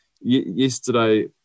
yesterday